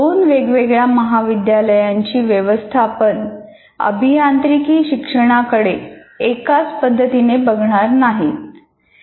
दोन वेगळ्या महाविद्यालयांची व्यवस्थापन अभियांत्रिकी शिक्षणाकडे एकाच पद्धतीने बघणार नाहीत